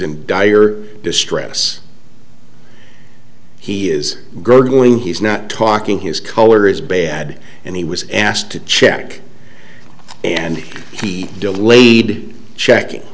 in dire distress he is going he's not talking his color is bad and he was asked to check and he delayed checking